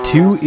Two